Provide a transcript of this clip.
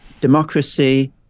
democracy